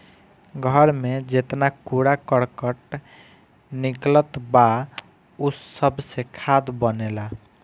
घर में जेतना कूड़ा करकट निकलत बा उ सबसे खाद बनेला